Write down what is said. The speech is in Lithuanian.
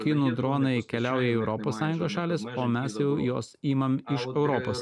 kinų dronai keliauja į europos sąjungos šalis o mes jau juos imam iš europos